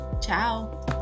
Ciao